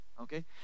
Okay